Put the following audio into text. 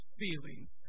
feelings